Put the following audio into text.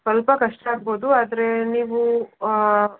ಸ್ವಲ್ಪ ಕಷ್ಟ ಆಗ್ಬೌದು ಆದರೆ ನೀವು